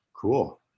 Cool